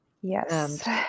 yes